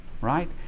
right